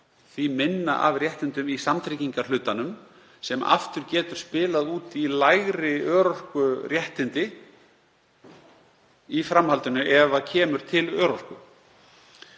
því minna af réttindum í samtryggingarhlutanum sem aftur getur spilað út í lægri örorkuréttindi í framhaldinu ef kemur til örorku,